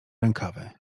rękawy